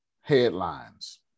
headlines